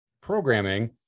programming